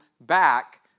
back